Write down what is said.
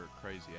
crazy